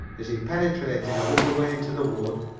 as he penetrated a little way into the wood,